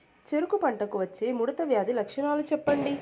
చెరుకు పంటకు వచ్చే ముడత వ్యాధి లక్షణాలు చెప్పండి?